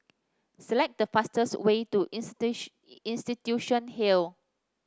select the fastest way to Institution Hill